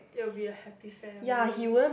it will be a happy family